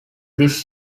this